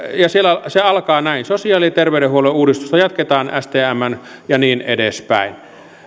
ja se alkaa näin sosiaali ja terveydenhuollon uudistusta jatketaan stmn ja niin edespäin